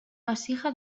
vasija